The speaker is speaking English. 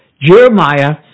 Jeremiah